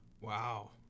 Wow